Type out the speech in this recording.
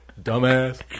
Dumbass